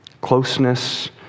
Closeness